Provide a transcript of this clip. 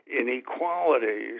inequalities